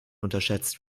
unterschätzt